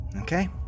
okay